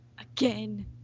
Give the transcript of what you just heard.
again